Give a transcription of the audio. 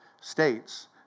States